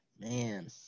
Man